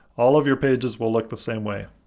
all of your pages will look the same way.